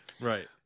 Right